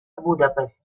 budapest